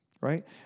right